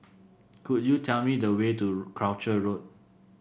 could you tell me the way to Croucher Road